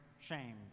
shame